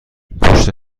پشت